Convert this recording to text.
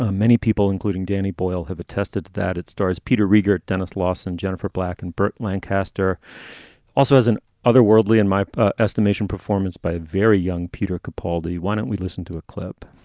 ah many people, including danny boyle, have attested that it stars peter riegert, dennis lawson, jennifer black and burt lancaster also as an otherworldly, in my estimation, performance by a very young peter capaldi. why don't we listen to a clip?